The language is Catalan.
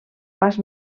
pas